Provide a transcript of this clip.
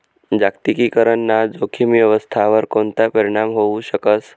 जागतिकीकरण ना जोखीम व्यवस्थावर कोणता परीणाम व्हवू शकस